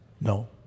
No